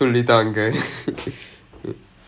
சொல்லி தாங்கே:solli thaangae